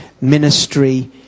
ministry